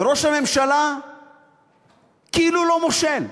וראש הממשלה כאילו לא מושל.